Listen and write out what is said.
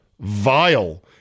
vile